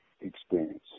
experience